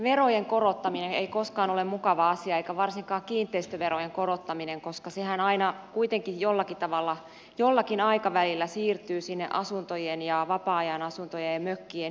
verojen korottaminen ei koskaan ole mukava asia eikä varsinkaan kiinteistöverojen korottaminen koska sehän aina kuitenkin jollakin tavalla jollakin aikavälillä siirtyy asuntojen ja vapaa ajan asuntojen ja mökkien hintoihin